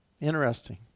Interesting